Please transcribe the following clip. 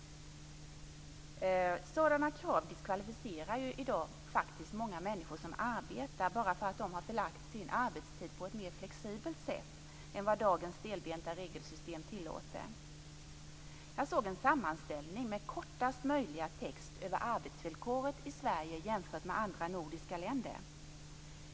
Sådana krav diskvalificerar i dag många människor som faktiskt arbetar, bara för att de har förlagt sin arbetstid på ett mer flexibelt sätt än vad dagens stelbenta regelsystem tillåter. Jag såg en sammanställning med kortast möjliga text över arbetsvillkoret i Sverige jämfört med andra nordiska länder.